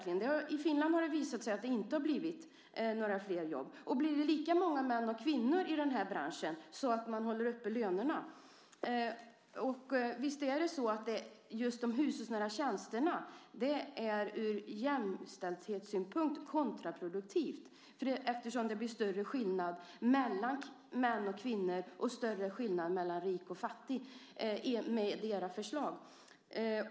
I Finland har det visat sig att det inte blivit det. Blir det lika många män som kvinnor i den här branschen så att man håller uppe lönerna? De hushållsnära tjänsterna är kontraproduktiva ur jämställdhetssynpunkt. Det blir större skillnad mellan män och kvinnor och mellan rik och fattig med era förslag.